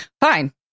fine